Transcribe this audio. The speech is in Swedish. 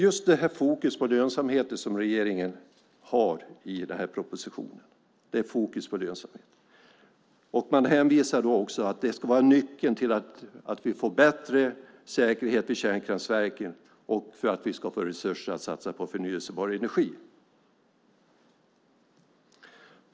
I propositionen har regeringen fokus på lönsamheten. Man menar också att detta ska vara nyckeln till att vi får bättre säkerhet i kärnkraftverken och resurser att satsa på förnybar energi.